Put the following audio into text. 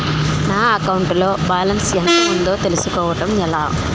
నా అకౌంట్ లో బాలన్స్ ఎంత ఉందో తెలుసుకోవటం ఎలా?